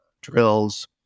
drills